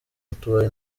utubari